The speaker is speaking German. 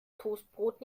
toastbrot